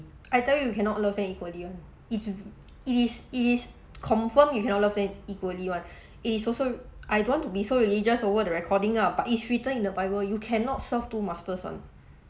I tell you cannot love them equally [one] if y~ it is it is confirm you cannot love all of them equally [one] it is also I don't want to be so religious over the recording ah but it's written in the bible you cannot serve two masters [one]